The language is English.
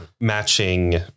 matching